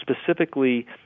specifically